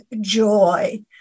joy